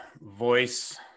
voice